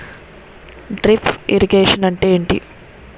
Drip irrigation అంటే ఏమిటి?